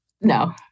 no